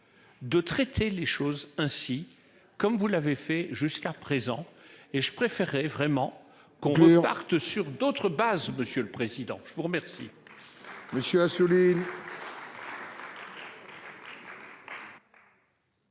De traiter les choses ainsi. Comme vous l'avez fait jusqu'à présent et je préférerais vraiment qu'on ne parte sur d'autres bases. Monsieur le président. Je vous remercie.